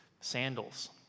sandals